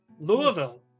Louisville